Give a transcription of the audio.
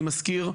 אני מזכיר,